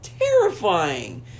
terrifying